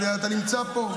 אתה נמצא פה,